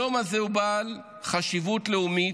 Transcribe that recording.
היום הזה הוא בעל חשיבות לאומית,